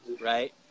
Right